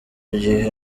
gihe